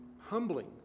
humbling